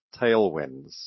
Tailwinds